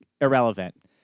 Irrelevant